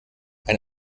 ein